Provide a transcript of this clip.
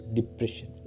depression